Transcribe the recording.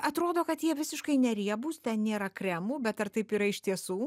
atrodo kad jie visiškai neriebūs ten nėra kremų bet ar taip yra iš tiesų